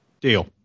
Deal